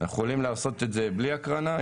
אנחנו יכולים לעשות את זה בלי הקרנה,